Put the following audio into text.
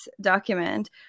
document